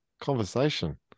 conversation